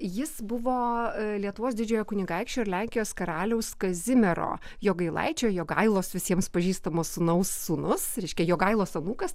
jis buvo lietuvos didžiojo kunigaikščio ir lenkijos karaliaus kazimiero jogailaičio jogailos visiems pažįstamo sūnaus sūnus reiškia jogailos anūkas